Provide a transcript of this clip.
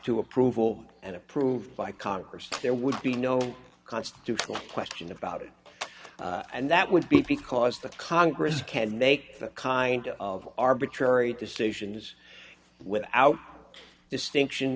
to approval and approved by congress there would be no constitutional question about it and that would be because the congress can make the kind of arbitrary decisions without distinction